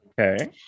Okay